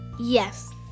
Yes